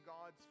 God's